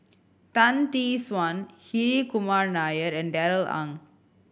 Tan Tee Suan Hri Kumar Nair and Darrell Ang